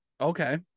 Okay